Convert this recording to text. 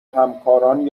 همکاران